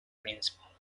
principle